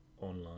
online